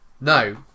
No